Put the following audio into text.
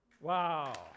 Wow